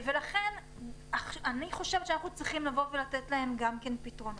לכן אני חושבת שאנחנו צריכים לבוא ולתת להם פתרונות.